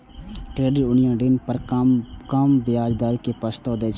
credit union ऋण पर कम ब्याज दर के प्रस्ताव दै छै